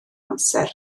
amser